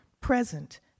present